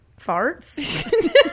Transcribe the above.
farts